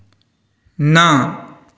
ना